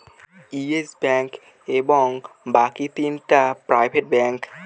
yes Bank এবং বাকি তিনটা প্রাইভেট ব্যাঙ্ক